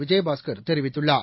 விஜயபாஸ்கர் தெரிவித்துள்ளார்